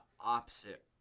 opposite